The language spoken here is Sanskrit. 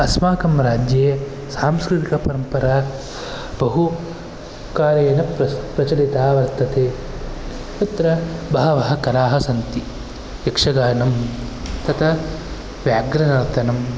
अस्माकं राज्ये सांस्कृतिकपरम्परा बहुकालेन प्रचलिता वर्तते तत्र बहवः कलाः सन्ति यक्षगानं तथा व्याघ्रनर्तनं